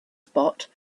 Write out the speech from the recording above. spot